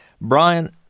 Brian